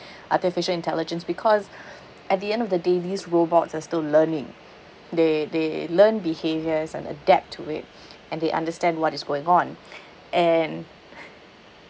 artificial intelligence because at the end of the day these robots are still learning they they learn behaviours and adapt to it and they understand what is going on and